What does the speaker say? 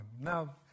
Now